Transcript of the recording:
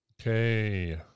Okay